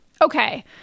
Okay